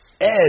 Edge